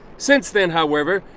since then, however,